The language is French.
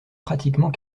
pratiquement